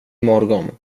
morgon